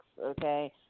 okay